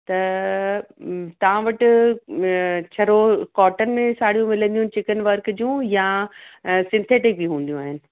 त तव्हां वटि छड़ो कॉटन में जी साड़ियूं मिलंदियूं चिकिन वर्क जूं या सिंथेटिक बि हूंदियूं आहिनि